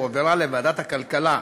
והועברה לוועדת הכלכלה.